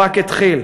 הוא רק התחיל.